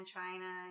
China